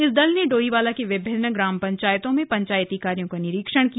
इस दल ने डोईवाला के विभिन्न ग्राम पंचायतों में पंचायती कार्यो का निरीक्षण किया